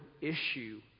issue